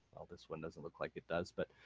well this one doesn't look like it does, but